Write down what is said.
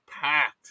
packed